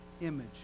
image